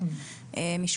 הרשתות, ארגונים